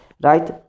Right